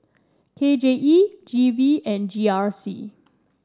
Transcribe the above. K J E G V and G R C